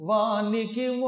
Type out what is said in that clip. Vaniki